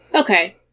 okay